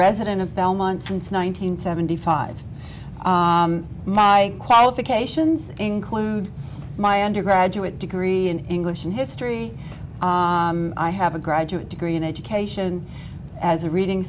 resident of belmont since one nine hundred seventy five my qualifications include my undergraduate degree in english and history i have a graduate degree in education as a reading